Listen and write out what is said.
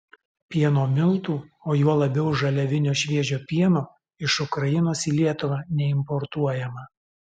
pieno miltų o juo labiau žaliavinio šviežio pieno iš ukrainos į lietuvą neimportuojama